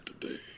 today